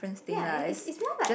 ya is is more like